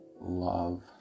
love